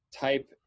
type